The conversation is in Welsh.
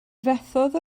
fethodd